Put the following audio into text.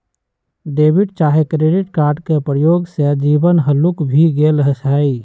debit चाहे credit card के प्रयोग से जीवन हल्लुक भें गेल हइ